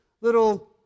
little